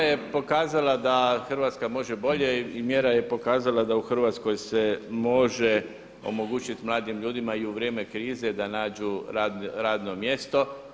Mjera je pokazala da Hrvatska može bolje i mjera je pokazala da u Hrvatskoj se može omogućiti mladim ljudima i u vrijeme krize da nađu radno mjesto.